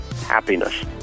happiness